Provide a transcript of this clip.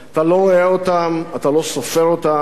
אתה לא רואה אותם, אתה לא סופר אותם,